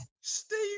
Steve